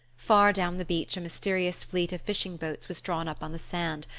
far down the beach a mysterious fleet of fishing boats was drawn up on the sand,